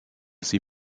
sie